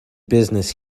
business